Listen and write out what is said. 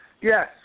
Yes